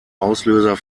auslöser